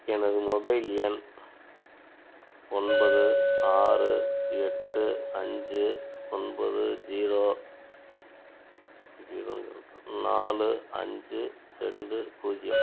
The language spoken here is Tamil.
எனது மொபைல் எண் ஒன்பது ஆறு எட்டு அஞ்சு ஒன்பது ஜீரோ ஜீரோன்னு சொல்லிட்டேன் நாலு அஞ்சு ரெண்டு பூஜ்ஜியம்